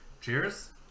Cheers